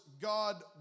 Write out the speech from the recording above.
God